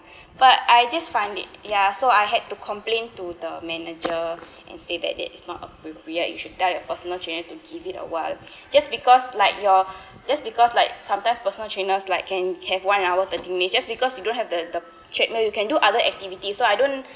but I just find it ya so I had to complain to the manager and say that it is not appropriate you should tell your personal trainer to give it a while just because like your just because like sometimes personal trainers like can have one hour thirty minutes just because you don't have the the treadmill you can do other activity so I don't